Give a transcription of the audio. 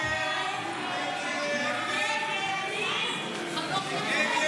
ההצעה להעביר לוועדה את הצעת חוק הרשות הלאומית לרפואה משפטית,